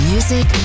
Music